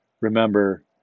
Remember